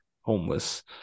homeless